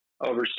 over